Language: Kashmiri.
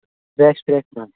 fresh fresh